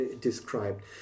described